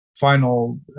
Final